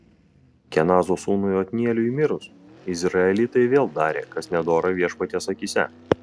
kenazo sūnui otnieliui mirus izraelitai vėl darė kas nedora viešpaties akyse